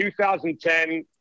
2010